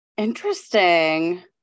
interesting